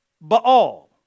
Baal